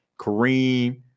Kareem